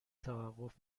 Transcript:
توقف